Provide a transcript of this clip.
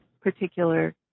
particular